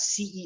CEO